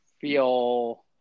feel